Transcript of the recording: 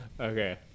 Okay